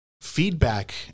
feedback